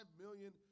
million